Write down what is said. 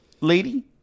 lady